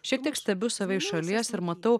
šiek tiek stebiu save iš šalies ir matau